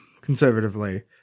conservatively